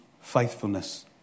faithfulness